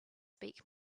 speak